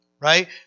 right